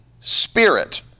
spirit